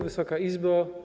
Wysoka Izbo!